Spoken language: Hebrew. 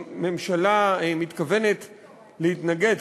הממשלה מתכוונת להתנגד,